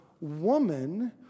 woman